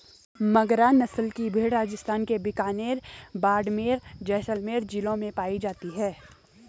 मगरा नस्ल की भेंड़ राजस्थान के बीकानेर, बाड़मेर, जैसलमेर जिलों में पाई जाती हैं